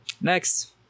Next